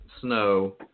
Snow